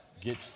get